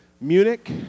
Munich